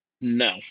No